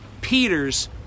Peter's